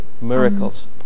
miracles